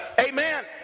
Amen